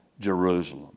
Jerusalem